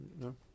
No